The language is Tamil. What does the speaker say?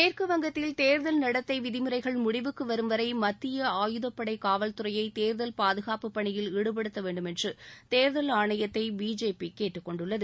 மேற்கு வங்கத்தில் தேர்தல் நடத்தை விதிமுறைகள் முடிவுக்கு வரும்வரை மத்திய ஆயுதப்படை காவல்துறையை தேர்தல் பாதுகாப்பு பணியில் ஈடுபடுத்த வேண்டுமென்று தேர்தல் ஆணையத்தை பிஜேபி கேட்டுக்கொண்டுள்ளது